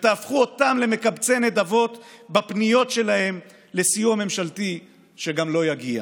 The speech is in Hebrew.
ותהפכו אותם למקבצי נדבות בפניות שלהם לסיוע ממשלתי שגם לא יגיע.